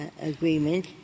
agreement